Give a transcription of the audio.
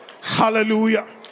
Hallelujah